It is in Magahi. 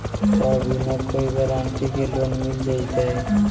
का बिना कोई गारंटी के लोन मिल जीईतै?